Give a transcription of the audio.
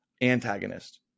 antagonist